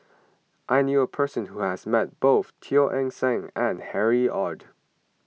I knew a person who has met both Teo Eng Seng and Harry Ord